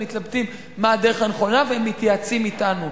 הם מתלבטים מה הדרך הנכונה והם מתייעצים אתנו.